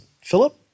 Philip